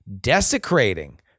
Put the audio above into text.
desecrating